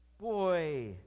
Boy